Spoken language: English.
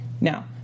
Now